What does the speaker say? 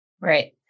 Right